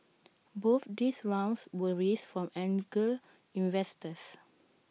both these rounds were raised from angel investors